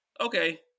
okay